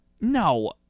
No